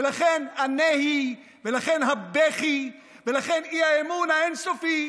ולכן הנהי ולכן הבכי ולכן האי-אמון האין-סופי.